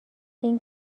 این